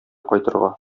кайтырга